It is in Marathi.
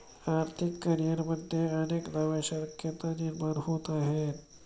आर्थिक करिअरमध्ये अनेक नव्या शक्यता निर्माण होत आहेत